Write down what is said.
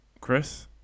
Chris